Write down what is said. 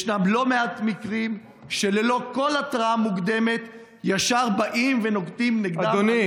ישנם לא מעט מקרים שללא כל התראה מוקדמת ישר באים ונוקטים הליכים,